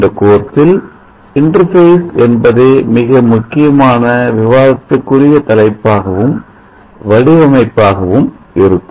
இந்த கோர்ஸில் இன்டர்பேஸ் என்பதே மிக முக்கியமான விவாதத்துக்குரிய தலைப்பாகவும் வடிவ அமைப்பாகும் இருக்கும்